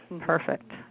Perfect